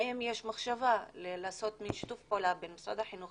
האם יש מחשבה לעשות שיתוף פעולה בין משרד החינוך